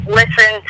listen